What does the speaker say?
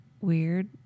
weird